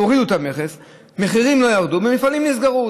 הורידו את המכס, המחירים לא ירדו, ומפעלים נסגרו.